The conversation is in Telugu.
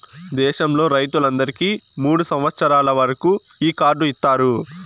దేశంలో రైతులందరికీ మూడు సంవచ్చరాల వరకు ఈ కార్డు ఇత్తారు